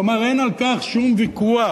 כלומר, אין על כך שום ויכוח.